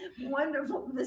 Wonderful